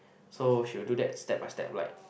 so she will do that step by step like